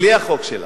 בלי החוק שלך.